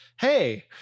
hey